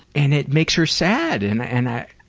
and it makes her sad and and i,